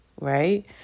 Right